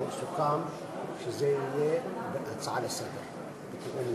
ואנחנו נדאג שהשר יבוא בינתיים.